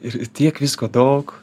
ir tiek visko daug